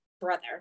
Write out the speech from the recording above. brother